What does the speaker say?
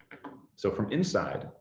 so from inside,